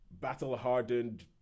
battle-hardened